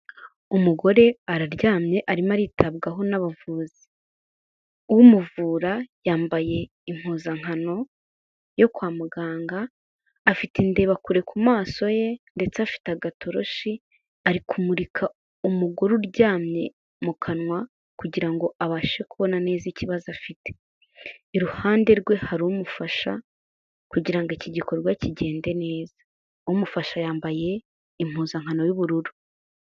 Umugore araryamye arimo aritabwaho n'abavuzi. Umuvura yambaye impuzankano yo kwa muganga, afite indebakure ku maso ye ndetse afite agatoroshi. Ari kumurika umugore uryamye mu kanwa kugira ngo abashe kubona neza ikibazo afite, iruhande rwe hari umufasha kugira ngo iki gikorwa kigende neza. Umufasha yambaye impuzankano y'ubururu.